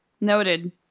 Noted